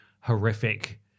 horrific